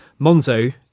Monzo